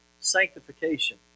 sanctification